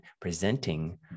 presenting